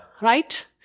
right